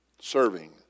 serving